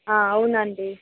అవునండీ